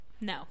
No